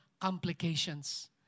complications